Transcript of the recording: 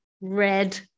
red